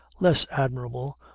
less admirable,